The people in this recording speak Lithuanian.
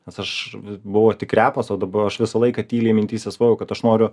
nes aš buvau tik repas o dabar aš visą laiką tyliai mintyse svajoju kad aš noriu